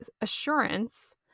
assurance